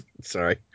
Sorry